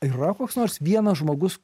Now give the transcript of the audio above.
yra koks nors vienas žmogus